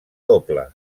doble